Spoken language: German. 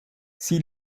sie